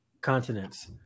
continents